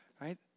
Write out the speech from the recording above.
right